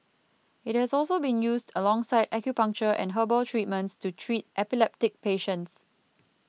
it has also been used alongside acupuncture and herbal treatments to treat epileptic patients